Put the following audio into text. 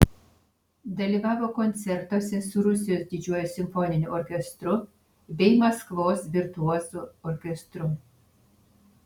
dalyvavo koncertuose su rusijos didžiuoju simfoniniu orkestru bei maskvos virtuozų orkestru